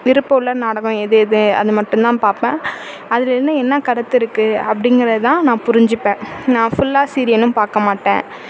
விருப்பம் உள்ள நாடகம் எது எது அதை மட்டும்தான் பார்ப்பேன் அதுலந்து என்ன கருத்து இருக்கு அப்படிங்கிறது தான் நான் புரிஞ்சிப்பேன் நான் ஃபுல்லாக சீரியலும் பார்க்க மாட்டேன்